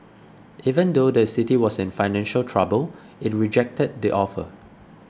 even though the city was in financial trouble it rejected the offer